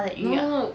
no no no